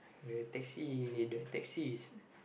the taxi the taxi is